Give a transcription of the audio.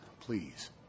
please